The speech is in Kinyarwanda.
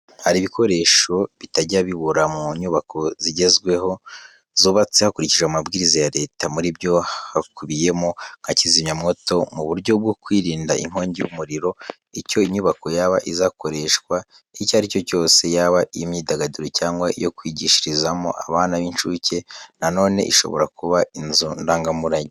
Hari ibikoresho bitajya bibura mu nyubako zigezweho, zubatswe hakurikijwe amabwiriza ya leta, muri byo hakubiyemo na kizimyamwoto, mu buryo bwo kwirinda inkongi y'umuriro. Icyo inyubako yaba izakoreshwa icyo ari cyo cyose, yaba iy'imyidagaduro cyangwa iyo kwigishirizamo abana b'incuke, na none ishobora kuba inzu ndangamurage.